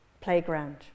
playground